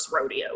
rodeo